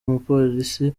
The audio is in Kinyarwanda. umupolisi